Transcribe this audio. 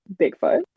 Bigfoot